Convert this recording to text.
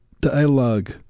dialogue